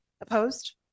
Opposed